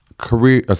Career